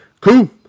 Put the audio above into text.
Cool